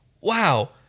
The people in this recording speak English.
Wow